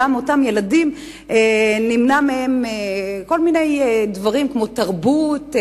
מאותם ילדים נמנעים גם כל מיני דברים כמו תרבות,